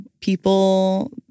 people